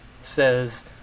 says